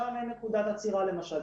שם אין נקודת עצירה למשל.